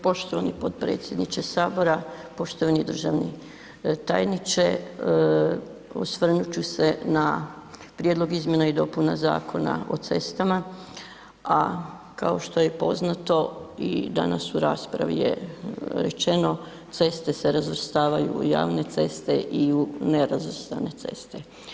Poštovani potpredsjedniče Sabora, poštovani državni tajniče, osvrnut ću se na Prijedlog izmjena i dopuna Zakona o cestama a kao što je poznato i danas u raspravi je rečeno, ceste se razvrstavaju u javne ceste i u nerazvrstane ceste.